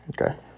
Okay